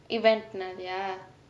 event நாலையா:naalaiyaa